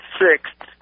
sixth